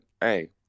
hey